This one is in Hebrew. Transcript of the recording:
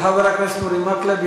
תודה לחבר הכנסת אורי מקלב.